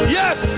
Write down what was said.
yes